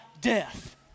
death